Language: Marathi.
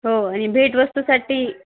हो आणि भेटवस्तूसाठी